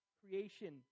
creation